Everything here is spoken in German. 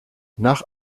nach